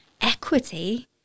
equity